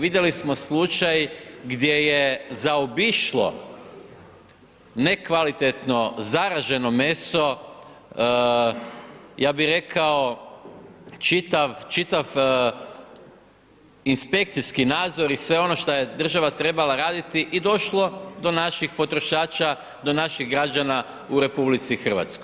Vidjeli smo slučaj gdje je zaobišlo nekvalitetno zaraženo meso, ja bi rekao, čitav, čitav inspekcijski nadzor i sve ono šta je država trebala raditi i došlo do naših potrošača, do naših građana u RH.